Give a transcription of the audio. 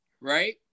right